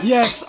Yes